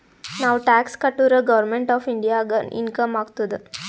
ನಾವ್ ಟ್ಯಾಕ್ಸ್ ಕಟುರ್ government of ಇಂಡಿಯಾಗ ಇನ್ಕಮ್ ಆತ್ತುದ್